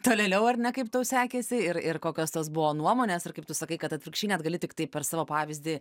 tolėliau ar ne kaip tau sekėsi ir ir kokios tos buvo nuomonės ir kaip tu sakai kad atvirkščiai net gali tiktai per savo pavyzdį